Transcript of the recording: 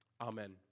Amen